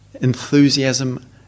enthusiasm